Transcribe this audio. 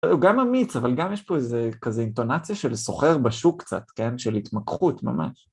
הוא גם אמיץ, אבל גם יש פה איזו כזה אינטונציה של סוחר בשוק קצת, כן? של התמכחות ממש.